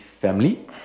family